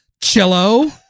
cello